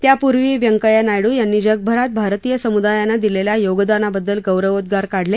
त्यापूर्वी व्यंकय्या नायडू यांनी जगभरात भारतीय समुदायानं दिलेल्या योगदानाबद्दल गौरोवोद्गार काढले